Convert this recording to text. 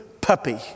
puppy